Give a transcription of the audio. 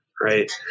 right